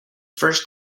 first